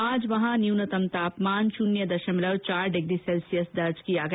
आज वहां न्यूनतम तापमान शुन्य दशमलव चार डिग्री सैल्सियस दर्ज किया गया